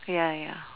ya ya